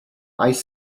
ice